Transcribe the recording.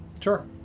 Sure